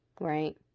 right